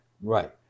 Right